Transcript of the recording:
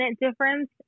difference